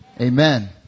Amen